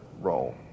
role